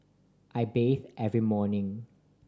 I bathe every morning